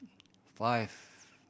five